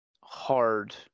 hard